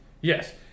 Yes